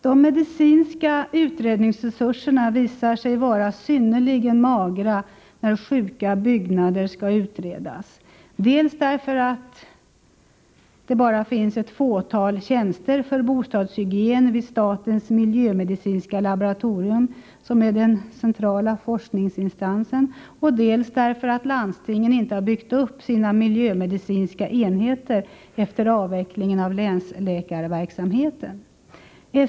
De medicinska utredningsresurserna visar sig vara synnerligen magra när ”sjuka byggnader” skall utredas, dels därför att det endast finns ett fåtal tjänster för bostadshygien vid statens miljömedicinska laboratorium, som är den centrala forskningsinstansen, dels därför att landstingen inte har byggt upp sina miljömedicinska enheter efter avvecklingen av länsläkarverksamheten.